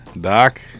doc